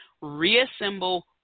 reassemble